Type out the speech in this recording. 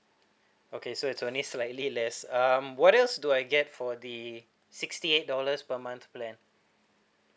okay so it's only slightly less um what else do I get for the sixty eight dollars per month plan